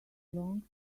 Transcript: long